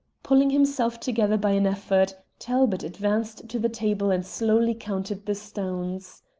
pulling himself together by an effort, talbot advanced to the table and slowly counted the stones.